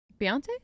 Beyonce